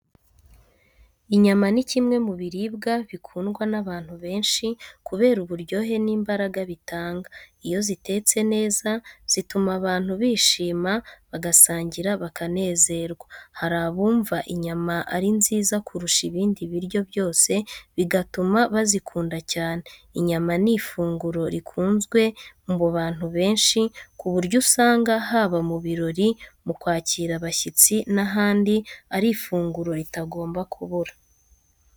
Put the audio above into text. Inyama ni kimwe mu biribwa bikundwa n’abantu benshi kubera uburyohe n’imbaraga bitanga. Iyo zitetse neza, zituma abantu bishima, bagasangira bakanezerwa. Hari abumva inyama ari nziza kurusha ibindi biryo byose, bigatuma bazikunda cyane. Inyama ni ifunguro rikunzwe mu bantu benshi, ku buryo usanga haba mu birori mu kwakira abashyitsi n’ahandi ari ifunguro ritagomba kubura.